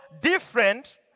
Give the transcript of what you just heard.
different